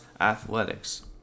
Athletics